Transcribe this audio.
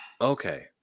Okay